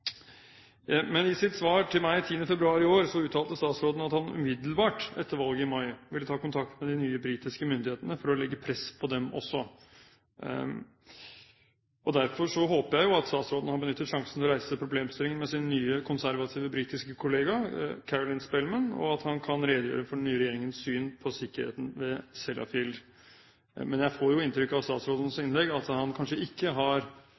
I sitt svar til meg 10. februar i år uttalte statsråden at han umiddelbart etter valget i mai ville ta kontakt med de nye britiske myndighetene for å «legge press på dem også». Derfor håper jeg at statsråden har benyttet sjansen til å reise problemstillingen for sin nye, konservative britiske kollega, Caroline Spelman, og at han kan redegjøre for den nye regjeringens syn på sikkerheten ved Sellafield. Men jeg får jo inntrykk av i statsrådens innlegg at han kanskje ikke har